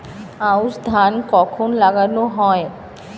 আউশ ধান কখন লাগানো হয়?